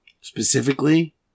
Specifically